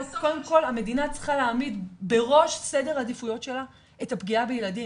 קודם כל המדינה צריכה להעמיד בראש סדר העדיפויות שלה את הפגיעה בילדים.